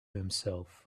himself